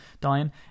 dying